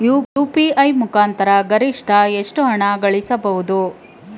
UPI ಮುಖಾಂತರ ಗರಿಷ್ಠ ಎಷ್ಟು ಹಣ ಕಳಿಸಬಹುದು?